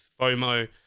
FOMO